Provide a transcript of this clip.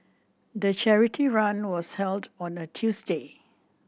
the charity run was held on a Tuesday